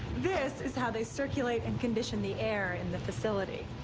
this is how they circulate and condition the air in the facility.